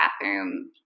bathroom